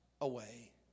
away